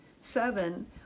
seven